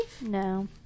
No